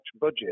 budget